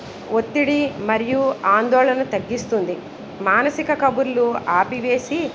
ఒత్తిడి మరియు ఆందోళన తగ్గిస్తుంది మానసిక కబుర్లు ఆపివేసి